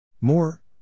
More